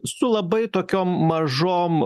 su labai tokiom mažom